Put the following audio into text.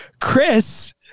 Chris